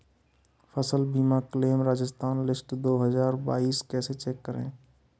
फसल बीमा claim Rajasthan list दो हज़ार बाईस कैसे चेक करें?